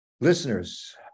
Listeners